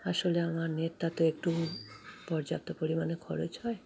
আসলে আমার নেটটা তো একটু পর্যাপ্ত পরিমাণে খরচ হয়